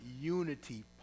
unity